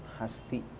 hasti